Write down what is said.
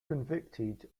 convicted